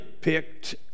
picked